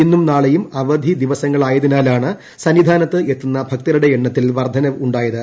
ഇന്നും നാളെയും അവധി ദിവസങ്ങളായതിനാലാണ് സന്നിധാനത്ത് എത്തുന്ന ഭക്തരുടെ എണ്ണത്തിൽ വർദ്ധനവുണ്ടായത്